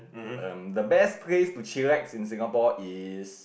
um the best place to chillax in Singapore is